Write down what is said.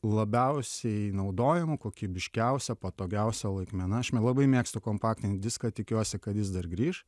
labiausiai naudojamų kokybiškiausia patogiausia laikmena aš labai mėgstu kompaktinį diską tikiuosi kad jis dar grįš